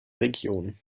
region